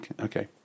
Okay